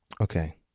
Okay